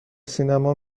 سینما